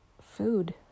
food